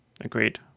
Agreed